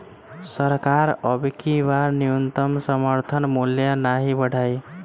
सरकार अबकी बार न्यूनतम समर्थन मूल्य नाही बढ़ाई